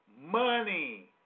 Money